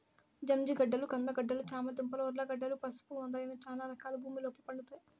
జంజిగడ్డలు, కంద గడ్డలు, చామ దుంపలు, ఉర్లగడ్డలు, పసుపు మొదలైన చానా రకాలు భూమి లోపల పండుతాయి